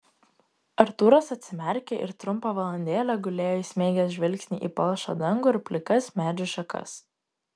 artūras atsimerkė ir trumpą valandėlę gulėjo įsmeigęs žvilgsnį į palšą dangų ir plikas medžių šakas